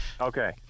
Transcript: Okay